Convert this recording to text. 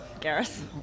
Gareth